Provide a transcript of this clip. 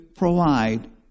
provide